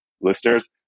Listeners